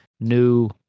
new